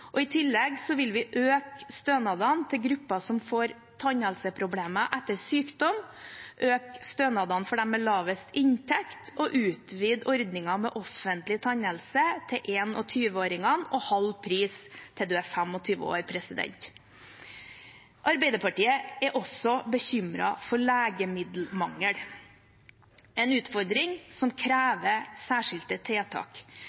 tannreguleringer. I tillegg vil vi øke stønaden til grupper som får tannhelseproblemer etter sykdom, øke stønadene for dem med lavest inntekt, utvide ordningen med offentlig tannhelsetjeneste til 21-åringene og halv pris til man er 25 år. Arbeiderpartiet er også bekymret for legemiddelmangel – en utfordring som krever særskilte tiltak.